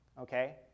okay